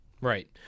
Right